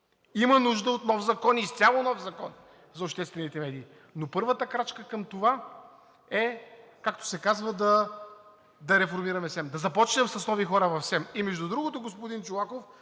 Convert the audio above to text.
Има нужда от нов закон, изцяло нов закон за обществените медии. Но първата крачка към това е, както се казва, да реформираме СЕМ, да започнем с нови хора в СЕМ. Господин Чолаков,